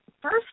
first